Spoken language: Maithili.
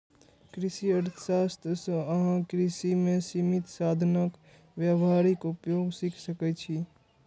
कृषि अर्थशास्त्र सं अहां कृषि मे सीमित साधनक व्यावहारिक उपयोग सीख सकै छी